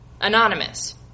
anonymous